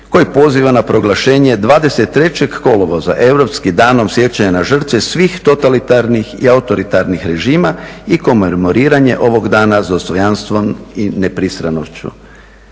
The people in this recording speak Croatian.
koji poziva na proglašenje 23. kolovoza Europskim danom sjećanja na žrtve svih totalitarnih i autoritarnih režima i komemoriranje ovog dana s dostojanstvom i nepristranošću.